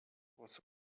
was